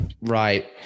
Right